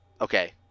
okay